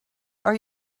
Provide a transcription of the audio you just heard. are